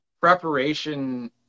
preparation